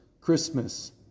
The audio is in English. Christmas